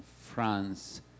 France